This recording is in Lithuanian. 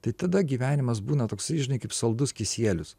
tai tada gyvenimas būna toksai žinai kaip saldus kisielius